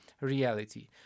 reality